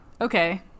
Okay